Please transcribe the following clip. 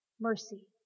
mercy